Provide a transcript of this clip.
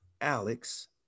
Alex